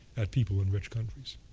at people in rich countries.